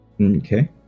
Okay